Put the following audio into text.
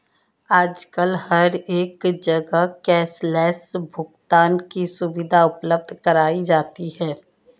आजकल हर एक जगह कैश लैस भुगतान की सुविधा उपलब्ध कराई जाती है